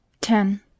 Ten